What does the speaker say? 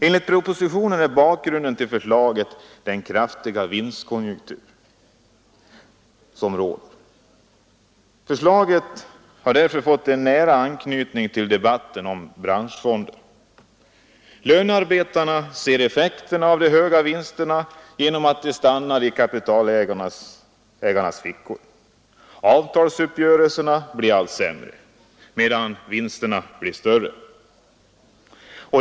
Enligt propositionen är bakgrunden till förslaget den kraftiga vinstkonjunktur som råder. Förslaget har därför fått en nära anknytning till debatten om branschfonder. Lönarbetarna ser hur de höga vinsterna stannar i kapitalägarnas fickor. Avtalsuppgörelserna blir allt sämre medan vinsterna blir större.